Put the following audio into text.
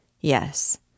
Yes